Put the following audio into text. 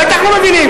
בטח לא מבינים,